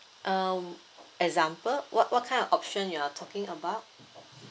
um example what what kind of option you're talking about